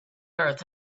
earth